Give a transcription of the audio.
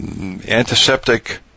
antiseptic